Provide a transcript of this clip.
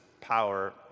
power